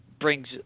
brings